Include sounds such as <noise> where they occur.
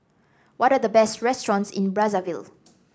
what are the best restaurants in Brazzaville <noise>